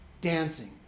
dancing